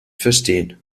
verstehen